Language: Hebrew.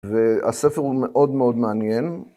‫והספר הוא מאוד מאוד מעניין.